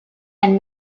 and